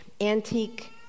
antique